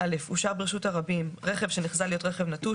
"(א)הושאר ברשות הרבים רכב שנחזה להיות רכב נטוש,